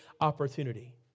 opportunity